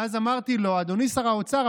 ואז אמרתי לו: אדוני שר האוצר,